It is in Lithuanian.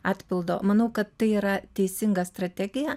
atpildo manau kad tai yra teisinga strategija